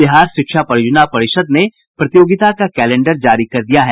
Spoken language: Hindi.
बिहार शिक्षा परियोजना परिषद ने प्रतियोगिता का कैलेंडर जारी कर दिया है